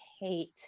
hate